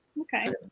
Okay